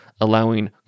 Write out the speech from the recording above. allowing